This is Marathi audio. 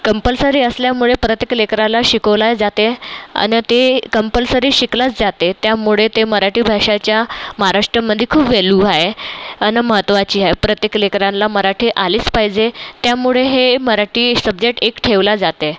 कम्पल्सरी असल्यामुळे प्रत्येक लेकराला शिकवला जाते अन् ते कम्पल्सरी शिकलाच जाते त्यामुळे ते मराठी भाषेच्या महाराष्ट्रामध्ये खूप व्हॅलू हाय अन् महत्त्वाची हाय प्रत्येक लेकरांला मराठी आलेस पाहिजे त्यामुळे हे मराठी सब्जेक्ट एक ठेवला जाते